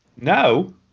No